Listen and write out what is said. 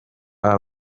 aba